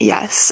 Yes